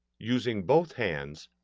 using both hands,